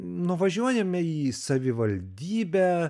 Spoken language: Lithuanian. nuvažiuojame į savivaldybę